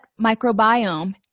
microbiome